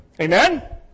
Amen